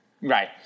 right